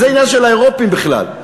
זה עניין של האירופים בכלל.